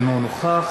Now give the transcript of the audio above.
אינו נוכח